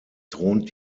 thront